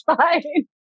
fine